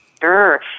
Sure